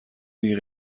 دیگه